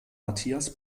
mathias